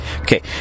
Okay